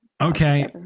Okay